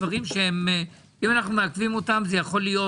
דברים שאם אנו מעכבים אותם אני יכול לומר